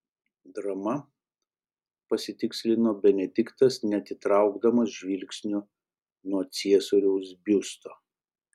drama pasitikslino benediktas neatitraukdamas žvilgsnio nuo ciesoriaus biusto